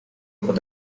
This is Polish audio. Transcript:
pod